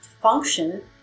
function